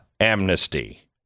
amnesty